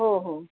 हो हो